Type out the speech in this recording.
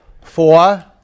four